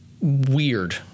weird